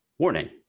Warning